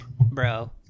Bro